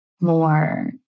more